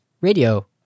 radio